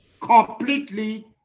completely